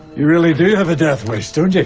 you really do have a death wish, don't you.